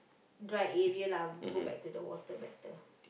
dried area lah go back to the water better